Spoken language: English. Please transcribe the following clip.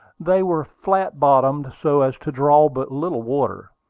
they were flat-bottomed, so as to draw but little water.